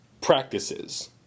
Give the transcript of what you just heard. practices